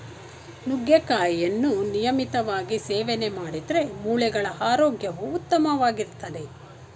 ನುಗ್ಗೆಕಾಯಿಯನ್ನು ನಿಯಮಿತವಾಗಿ ಸೇವನೆ ಮಾಡಿದ್ರೆ ಮೂಳೆಗಳ ಆರೋಗ್ಯವು ಉತ್ತಮವಾಗಿರ್ತದೆ